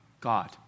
God